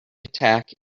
attack